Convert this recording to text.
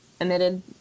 emitted